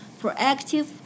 proactive